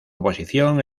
oposición